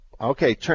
Okay